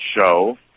show